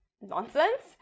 nonsense